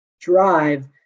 drive